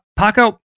Paco